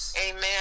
Amen